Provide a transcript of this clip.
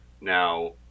Now